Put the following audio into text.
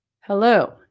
Hello